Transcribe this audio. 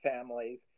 families